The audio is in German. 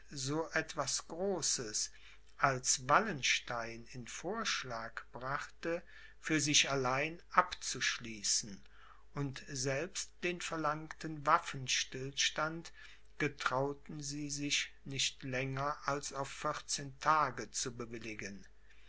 so etwas großes als wallenstein in vorschlag brachte für sich allein abzuschließen und selbst den verlangten waffenstillstand getrauten sie sich nicht länger als auf vierzehn tage zu bewilligen